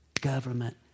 government